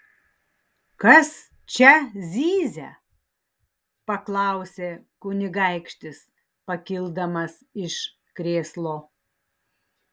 kas čia zyzia paklausė kunigaikštis pakildamas iš krėslo